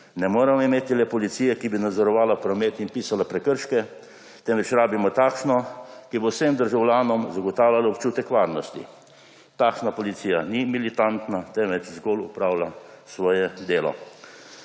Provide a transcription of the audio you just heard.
Ne moremo imeti le policije, ki bi nadzorovala promet in pisala prekrške, temveč rabimo takšno, ki bo vsem državljanom zagotavlja občutek varnosti. Takšna policija ni militantna, temveč zgolj opravlja svoje delo.